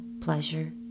pleasure